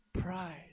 pride